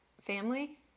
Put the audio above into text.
family